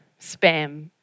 spam